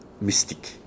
mystic